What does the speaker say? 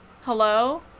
Hello